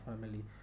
family